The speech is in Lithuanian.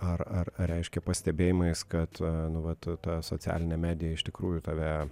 ar ar reiškia pastebėjimais kad nu vat ta socialinė medija iš tikrųjų tave